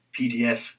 pdf